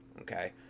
okay